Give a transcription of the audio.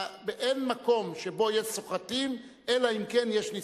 אין מקום שבו יש סוחטים, אלא אם כן יש נסחטים.